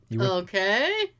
Okay